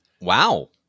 Wow